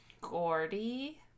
Gordy